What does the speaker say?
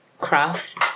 craft